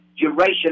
duration